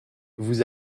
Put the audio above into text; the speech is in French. vous